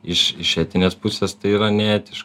iš iš etinės pusės tai yra neetiška